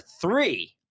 three